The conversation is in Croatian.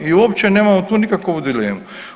I uopće nemamo tu nikakovu dilemu.